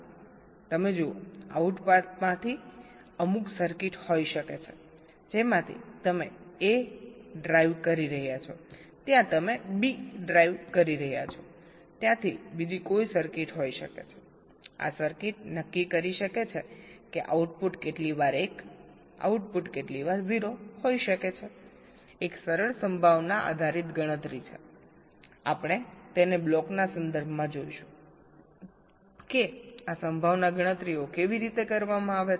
તમે જુઓ આઉટપુટમાંથી અમુક સર્કિટ હોઈ શકે છે જેમાંથી તમે A ડ્રાઈવ કરી રહ્યા છો ત્યાં તમે બી ડ્રાઈવ કરી રહ્યા છો ત્યાંથી બીજી કોઈ સર્કિટ હોઈ શકે છે આ સર્કિટ નક્કી કરી શકે છે કે આઉટપુટ કેટલી વાર 1 આઉટપુટ 0 હોઈ શકે છેએક સરળ સંભાવના આધારિત ગણતરી છે આપણે તેને બ્લોકના સંદર્ભમાં જોઈશું કે આ સંભાવના ગણતરીઓ કેવી રીતે કરવામાં આવે છે